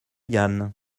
yann